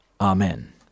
Amen